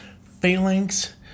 Phalanx